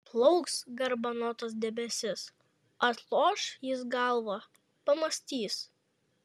plauks garbanotas debesis atloš jis galvą pamąstys